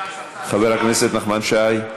חבר הכנסת נחמן שי.